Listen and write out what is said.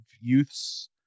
youths